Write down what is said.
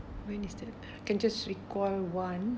when is that can just recall one